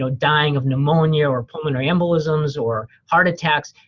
so dying of pneumonia or pulmonary embolisms or heart attacks,